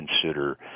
consider